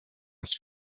das